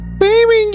Baby